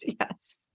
yes